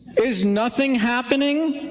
is nothing happening